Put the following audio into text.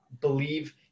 believe